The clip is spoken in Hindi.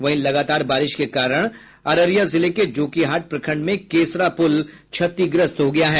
वहीं लगातार बारिश के कारण अररिया जिले के जोकीहाट प्रखंड में केसरा पुल क्षतिग्रस्त हो गया है